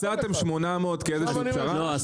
הצעתם 800 כאיזו שהיא פשרה,